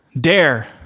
dare